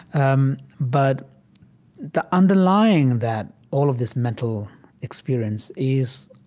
um but the underlying that all of this mental experience is,